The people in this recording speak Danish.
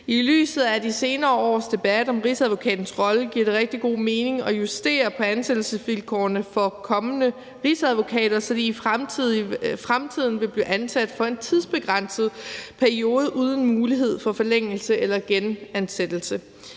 I lyset af de senere års debat om Rigsadvokatens rolle giver det rigtig god mening at justere på ansættelsesvilkårene for kommende rigsadvokater, så de i fremtiden vil blive ansat for en tidsbegrænset periode uden mulighed for forlængelse eller genansættelse.